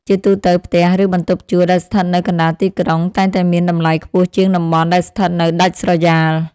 ជាទូទៅ ផ្ទះ ឬបន្ទប់ជួលដែលស្ថិតនៅកណ្តាលទីក្រុងតែងតែមានតម្លៃខ្ពស់ជាងតំបន់ដែលស្ថិតនៅដាច់ស្រយាល។